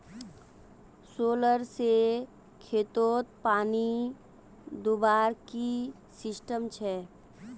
Solar से खेतोत पानी दुबार की सिस्टम छे?